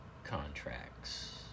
Contracts